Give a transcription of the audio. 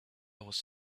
was